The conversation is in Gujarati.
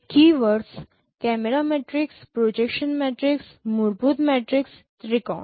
keywords camera matrix projection matrix મૂળભૂત મેટ્રિક્સ ત્રિકોણ